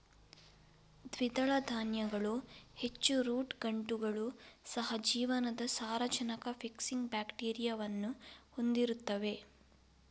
ದ್ವಿದಳ ಧಾನ್ಯಗಳು ಹೆಚ್ಚು ರೂಟ್ ಗಂಟುಗಳು, ಸಹ ಜೀವನದ ಸಾರಜನಕ ಫಿಕ್ಸಿಂಗ್ ಬ್ಯಾಕ್ಟೀರಿಯಾವನ್ನು ಹೊಂದಿರುತ್ತವೆ